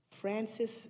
Francis